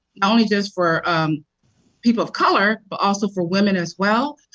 not only just for people of color, but also for women as well.